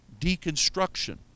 deconstruction